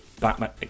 Batman